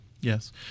Yes